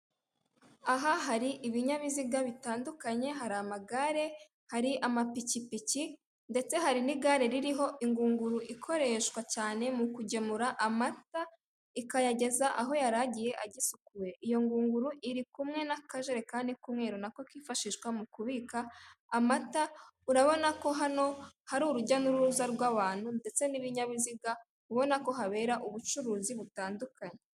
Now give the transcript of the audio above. Aha hari ibinyabiziga butandukanye, hari amagare, hari amapikipiki, ndetse hari n' igare ririho ingunguru ikoreshwa cyane mukugemura amata ikayageza aho yari agiye agisukuye. Iyo ngunguru iri kumwe nakajerekani kumweru Nako kifashishwa mukubika amata, urabona ko hari urujyanuruza rw' abantu ndetse n' ibinyabiziga ubona ko habera ubucuruzi butandukanye.